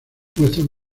muestran